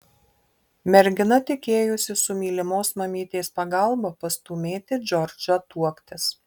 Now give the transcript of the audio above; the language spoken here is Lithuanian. mergina tikėjosi su mylimos mamytės pagalba pastūmėti džordžą tuoktis